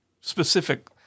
specific